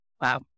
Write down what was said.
Wow